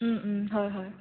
হয় হয়